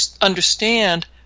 understand